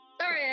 Sorry